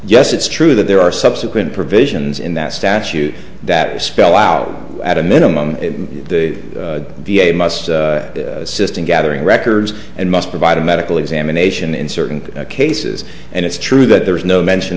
yes it's true that there are subsequent provisions in that statute that spell out at a minimum the v a must assist in gathering records and must provide a medical examination in certain cases and it's true that there is no mention